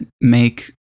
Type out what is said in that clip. make